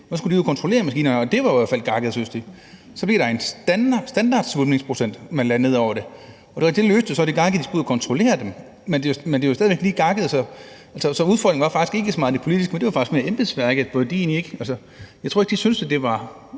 så skulle de jo kontrollere maskinerne, og det var jo i hvert fald gakket, syntes de. Der blev så en standardsvulmningsprocent, som man lagde ned over det, og det løste det jo så det gakkede i, at de skulle ud at kontrollere dem, men det er jo stadig væk lige gakket. Så udfordringen var faktisk ikke så meget det politiske, men det var mere embedsværket, hvor jeg ikke tror, at de syntes, det var